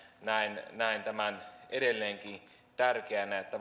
näen tämän edelleenkin tärkeänä että